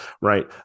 right